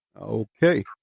Okay